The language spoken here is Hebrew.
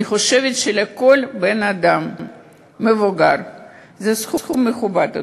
אני חושבת שלכל בן-אדם מבוגר זה סכום מכובד,